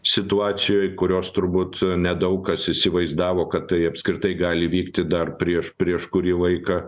situacijoj kurios turbūt nedaug kas įsivaizdavo kad tai apskritai gali vykti dar prieš prieš kurį laiką